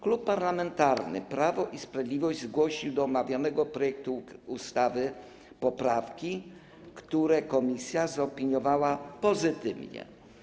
Klub Parlamentarny Prawo i Sprawiedliwość zgłosił do omawianego projektu ustawy poprawki, które komisja zaopiniowała pozytywnie.